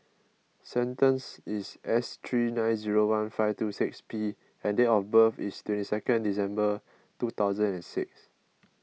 sequence is S three nine zero one five two six P and date of birth is twenty two December two thousand and six